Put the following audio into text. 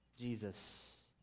Jesus